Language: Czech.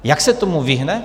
Jak se tomu vyhne?